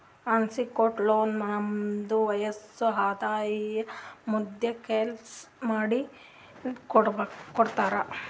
unsecured loan ನಮ್ದು ವಯಸ್ಸ್, ಆದಾಯ, ನಮ್ದು ಕೆಲ್ಸಾ ನೋಡಿ ಕೊಡ್ತಾರ್